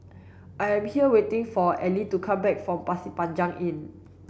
I am here waiting for Ellie to come back from Pasir Panjang Inn